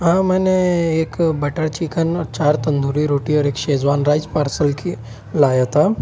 ہاں میں نے ایک بٹر چکن اور چار تندوری روٹی اور ایک شیزوان رائس پارسل کی لایا تھا